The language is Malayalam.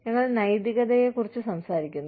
ഞങ്ങൾ നൈതികതയെ കുറിച്ച് സംസാരിക്കുന്നു